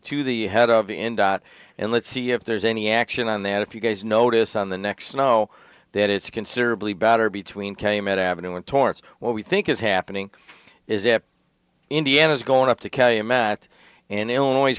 to the head of indot and let's see if there's any action on there and if you guys notice on the next know that it's considerably better between came out avenue in torrance what we think is happening is it indiana's going up to calumet in illinois